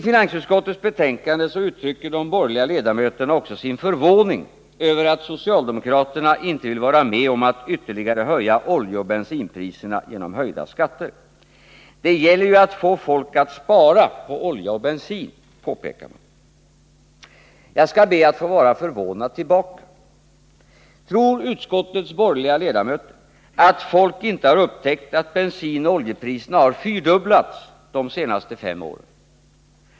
I finansutskottets betänkande uttrycker de borgerliga ledamöterna också sin förvåning över att socialdemokraterna inte vill vara med om att ytterligare höja oljeoch bensinpriserna genom höjda skatter. Det gäller ju att få folk att spara på oljan och bensinen, påpekar man. Jag skall be att få vara förvånad tillbaka. Tror utskottets borgerliga ledamöter att folk inte har upptäckt att bensinoch oljepriserna har fyrdubblats de senaste fem åren?